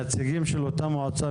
נציגים של אותה מועצה,